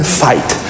fight